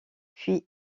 puis